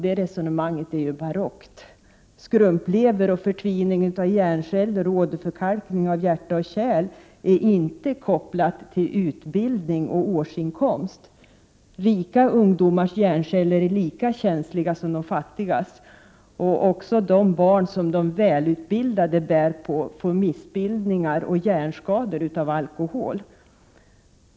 Det resonemanget är barockt. Skrumplever, förtvining av hjärnceller samt åderförkalkning av hjärta och kärl är inte kopplade till utbildning och årsinkomst. Rika ungdomars hjärnceller är lika känsliga som de fattigas. Och även barn som den välutbildade bär på får missbildningar och hjärnskador av alkohol.